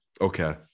Okay